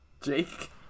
Jake